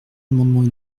amendements